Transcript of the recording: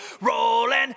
Rolling